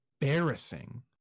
embarrassing